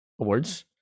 awards